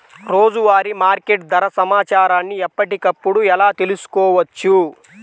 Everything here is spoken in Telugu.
రోజువారీ మార్కెట్ ధర సమాచారాన్ని ఎప్పటికప్పుడు ఎలా తెలుసుకోవచ్చు?